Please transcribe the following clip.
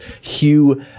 Hugh